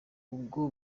ubwo